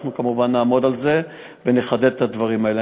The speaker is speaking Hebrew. אנחנו כמובן נעמוד על זה ונחדד את הדברים האלה.